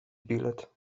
bilet